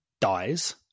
dies